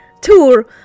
tour